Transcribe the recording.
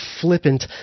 flippant